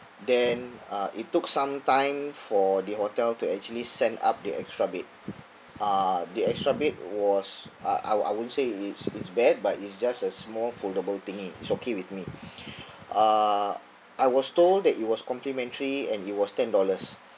then uh it took some time for the hotel to actually send up the extra bed uh the extra bed was uh I I won't say it's it's bad but it's just a small foldable thingy it's okay with me uh I was told that it was complimentary and it was ten dollars